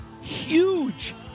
huge